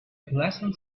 pleasant